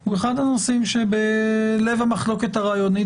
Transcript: הוא אחד הנושאים שבלב המחלוקת הרעיונית